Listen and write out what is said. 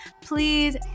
please